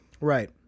Right